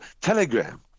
Telegram